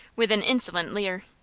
with an insolent leer.